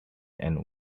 and